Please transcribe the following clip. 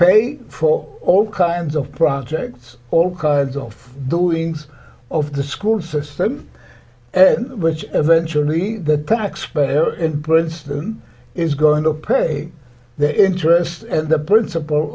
pay for all kinds of projects all kinds of those things of the school system and which eventually the taxpayer in princeton is going to pay the interest and the principle